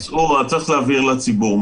צריך להבהיר לציבור: